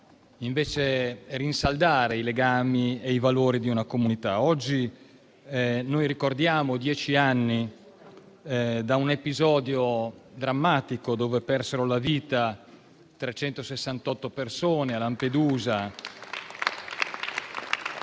invece rinsaldare i legami e i valori di una comunità. Oggi ricordiamo i dieci anni da un episodio drammatico, in cui persero la vita 368 persone a Lampedusa